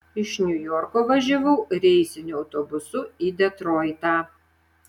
iš niujorko važiavau reisiniu autobusu į detroitą